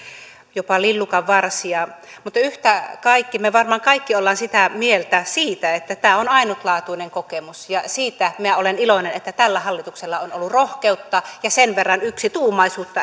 jopa lillukanvarsia mutta yhtä kaikki varmaan me kaikki olemme sitä mieltä että tämä on ainutlaatuinen kokemus ja siitä minä olen iloinen että tällä hallituksella on ollut rohkeutta ja sen verran yksituumaisuutta